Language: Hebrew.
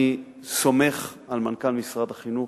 אני סומך על מנכ"ל משרד החינוך.